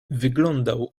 wyglądał